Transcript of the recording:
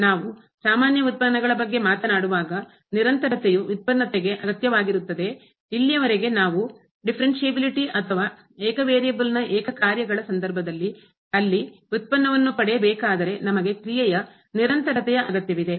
ನಾವು ಸಾಮಾನ್ಯ ಉತ್ಪನ್ನಗಳ ಬಗ್ಗೆ ಮಾತನಾಡುವಾಗ ನಿರಂತರತೆಯು ವ್ಯುತ್ಪನ್ನತೆಗೆ ಅಗತ್ಯವಾಗಿರುತ್ತದೆ ಇಲ್ಲಿಯವರೆಗೆ ನಾವು ಡಿಫರೆನ್ಟಿಬಿಲಿಟಿ ಅಥವಾ ಏಕ ವೇರಿಯೇಬಲ್ನ ಏಕ ಕಾರ್ಯಗಳ ಸಂದರ್ಭದಲ್ಲಿ ಅಲ್ಲಿ ವ್ಯುತ್ಪನ್ನವನ್ನು ಪಡೆಯಬೇಕಾದರೆ ನಮಗೆ ಕ್ರಿಯೆಯ ನಿರಂತರತೆಯ ಅಗತ್ಯವಿದೆ